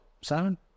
Simon